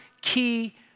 key